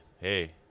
hey